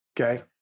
Okay